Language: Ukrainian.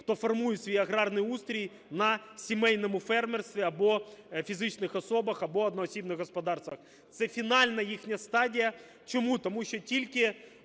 хто формує свій аграрний устрій на сімейному фермерстві або фізичних особах, або одноосібних господарствах. Це фінальна їхня стадія. Чому? Тому що тільки